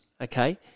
okay